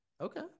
Okay